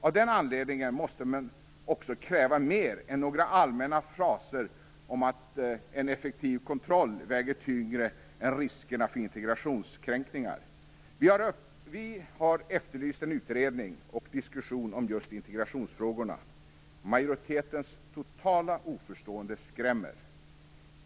Av den anledningen måste man också kräva mer än några allmänna fraser om att en effektiv kontroll väger tyngre än riskerna för integritetskränkningar. Vi har efterlyst en utredning och diskussion om just integritetsfrågorna. Majoritetens totala oförstående skrämmer.